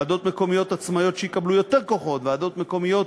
ועדות מקומיות עצמאיות שיקבלו יותר כוחות וועדות מקומיות